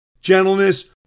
gentleness